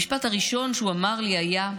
המשפט הראשון שהוא אמר לי היה: